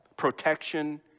protection